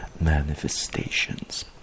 manifestations